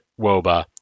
WOBA